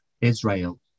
Israel